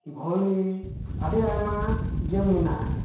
ᱵᱷᱚᱞᱤ ᱟᱹᱰᱤ ᱟᱭᱢᱟ ᱜᱮᱢ ᱢᱮᱱᱟᱜᱼᱟ